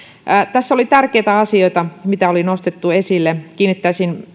tässä oli tärkeitä asioita mitä oli nostettu esille minä myöskin kiinnittäisin